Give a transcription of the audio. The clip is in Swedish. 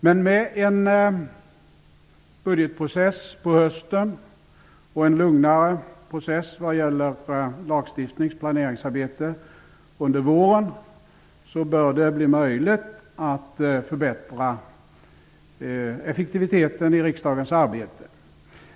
Men med en budgetprocess på hösten och en lugnare process när det gäller lagstiftnings och planeringsarbete under våren bör det bli möjligt att förbättra effektiviteten i riksdagens arbete.